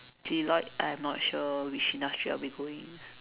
Deloitte I am not sure which industry I'll be going